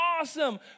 awesome